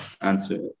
answer